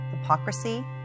hypocrisy